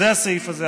זה הסעיף הזה,